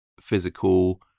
physical